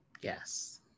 yes